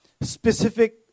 specific